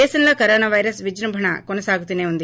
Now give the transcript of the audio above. దేశంలో corona virus విజృంభణ కొనసాగుతూనే ఉంది